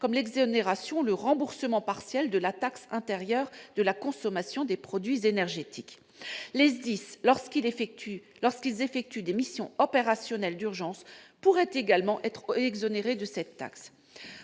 comme l'exonération ou le remboursement partiel de la taxe intérieure de consommation sur les produits énergétiques, la TICPE. Les SDIS, lorsqu'ils effectuent des missions opérationnelles d'urgence, pourraient également être exonérés de cette taxe.